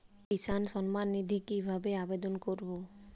কিষান সম্মাননিধি কিভাবে আবেদন করব?